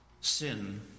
sin